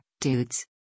dudes